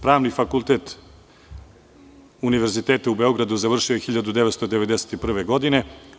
Pravni fakultet Univerziteta u Beogradu završio je 1991. godine.